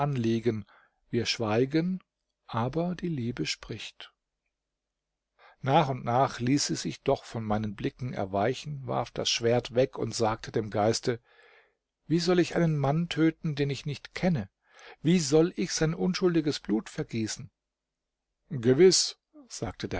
anliegen wir schweigen aber die liebe spricht nach und nach ließ sie sich doch von meinen blicken erweichen warf das schwert weg und sagte dem geiste wie soll ich einen mann töten den ich nicht kenne wie soll ich sein unschuldiges blut vergießen gewiß sagte